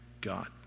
God